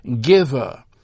giver